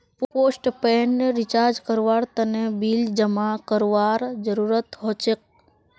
postpaid recharge करवार तने bill जमा करवार जरूरत हछेक